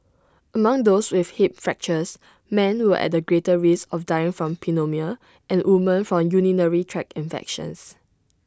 among those with hip fractures men were at greater risk of dying from pneumonia and women from urinary tract infections